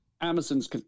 Amazon's